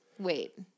Wait